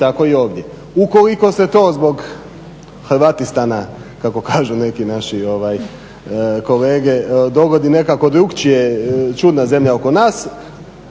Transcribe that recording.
tako i ovdje. Ukoliko se to zbog "Hrvatistana" kako kažu neki naši kolege dogodi nekako drukčije, čudna zemlja oko nas,